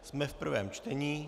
Jsme v prvém čtení.